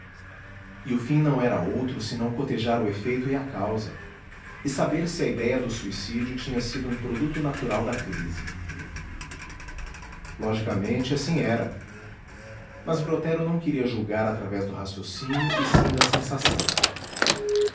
o fim não era outro senão cotejar o efeito e a causa e saber se a idéia do suicídio tinha sido um produto natural da crise logicamente assim era mas brotero não queria julgar através do raciocínio e sim da sensação